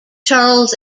charles